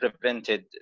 prevented